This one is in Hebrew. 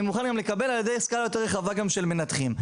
אני מוכן גם לקבל סקאלה רחבה יותר של מנתחים.